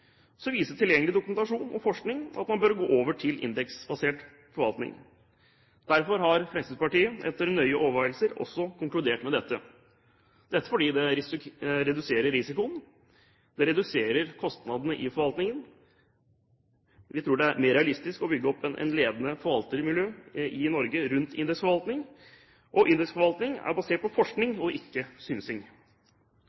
viser tilgjengelig dokumentasjon og forskning at man bør gå over til indeksbasert forvaltning. Derfor har Fremskrittspartiet etter nøye overveielser også konkludert med dette, fordi det reduserer risikoen det reduserer kostnadene i forvaltningen det er, tror vi, mer realistisk å bygge opp et ledende forvaltermiljø i Norge rundt indeksforvaltning indeksforvaltning er basert på forskning,